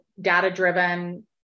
data-driven